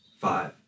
five